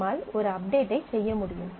நம்மால் ஒரு அப்டேட் ஐ செய்ய முடியும்